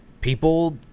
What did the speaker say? people